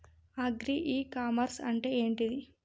Agri e commerce అంటే ఏంటిది?